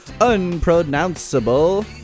Unpronounceable